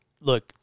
look